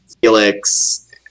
Felix